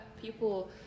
people